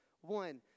One